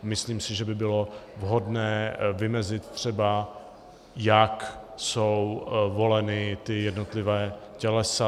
Myslím si, že by bylo vhodné vymezit třeba, jak jsou volena ta jednotlivá tělesa.